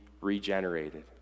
regenerated